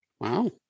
Wow